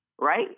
Right